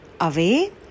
away